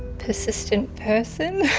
persistent person.